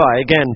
again